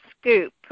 scoop